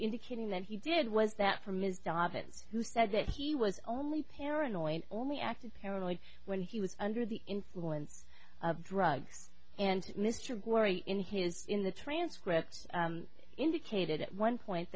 indicating that he did was that from his dobbins who said that he was only paranoid only acted paranoid when he was under the influence of drugs and mr glory in his in the transcript indicated at one point